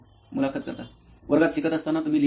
मुलाखत कर्ता वर्गात शिकत असताना तुम्ही लिहता का